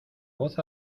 voz